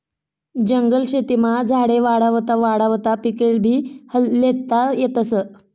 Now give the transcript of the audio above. जंगल शेतीमा झाडे वाढावता वाढावता पिकेभी ल्हेता येतस